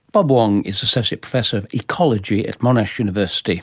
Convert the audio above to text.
bob wong is associate professor of ecology at monash university